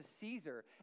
Caesar